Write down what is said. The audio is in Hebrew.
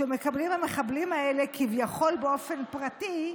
שמקבלים המחבלים האלה כביכול באופן פרטי,